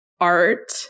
art